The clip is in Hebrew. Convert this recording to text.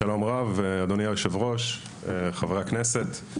שלום רב אדוני היושב ראש וחברי הכנסת.